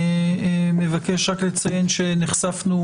מבקש רק לציין שנחשפנו,